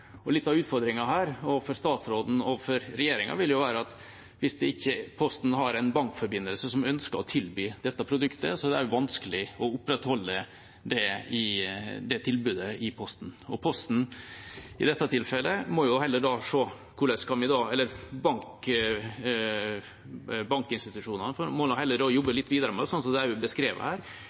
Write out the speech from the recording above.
og litt av utfordringen her, også for statsråden og regjeringa, vil jo være at hvis ikke Posten har en bankforbindelse som ønsker å tilby dette produktet, er det også vanskelig å opprettholde det tilbudet i Posten. Bankinstitusjonene må jo da heller jobbe litt videre med dette, som det også er beskrevet her: Hvordan kan det etableres alternative løsninger? Det føler jeg er på gang. Derfor vil jeg forklare iallfall vår stemmegivning her,